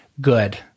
good